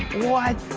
what?